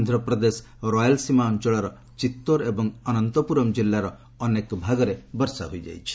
ଆନ୍ଧ୍ରପ୍ରଦେଶ ରୟାଲ୍ସୀମା ଅଞ୍ଚଳର ଚିତ୍ତୋର ଏବଂ ଅନନ୍ତପୁରମ୍ ଜିଲ୍ଲାର ଅନେକ ଭାଗରେ ବର୍ଷା ହୋଇଯାଇଛି